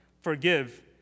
forgive